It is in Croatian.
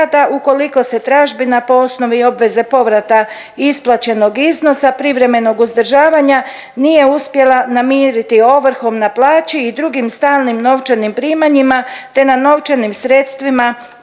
rada ukoliko se tražbina po osnovi i obveze povrata isplaćenog iznosa privremenog uzdržavanja, nije uspjela namiriti ovrhom na plaći i drugim stalnim novčanim primanjima te na novčanim sredstvima